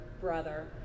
brother